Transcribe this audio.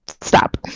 stop